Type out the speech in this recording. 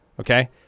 Okay